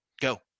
go